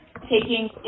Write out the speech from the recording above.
taking